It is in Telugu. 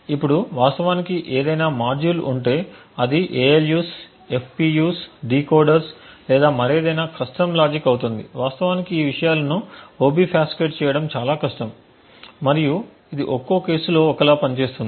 ఇప్పుడు వాస్తవానికి ఏదైనా మాడ్యూల్ ఉంటే అది ALUs FPUs డీకోడర్స్ లేదా మరేదైనా కస్టమ్ లాజిక్ అవుతుంది వాస్తవానికి ఈ విషయాలను ఒబిఫాస్కేట్ చేయడం చాలా కష్టం మరియు ఇది ఒక్కో కేసు లో ఒకలా పని చేస్తుంది